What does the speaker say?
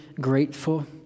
grateful